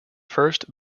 first